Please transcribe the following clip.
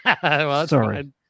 Sorry